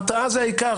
הרתעה זה העיקר,